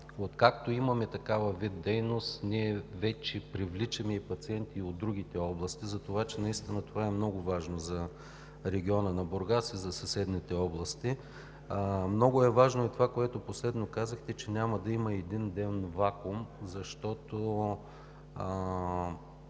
Откакто имаме такъв вид дейност, ние вече привличаме и пациенти от другите области – това е много важно за региона на Бургас и за съседните области. Много важно е и това, което последно казахте, че няма да има един ден вакуум, защото